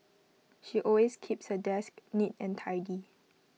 she always keeps her desk neat and tidy